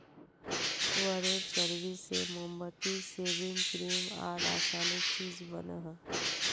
सुअरेर चर्बी से मोमबत्ती, सेविंग क्रीम आर रासायनिक चीज़ बनोह